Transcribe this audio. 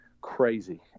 crazy